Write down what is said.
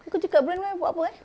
kau kerja kat brunei buat apa eh